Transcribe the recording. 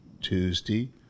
Tuesday